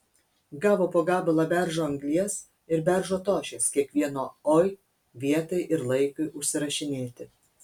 gavo po gabalą beržo anglies ir beržo tošies kiekvieno oi vietai ir laikui užsirašinėti